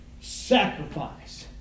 sacrifice